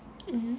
mmhmm